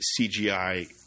CGI